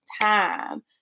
time